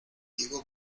diego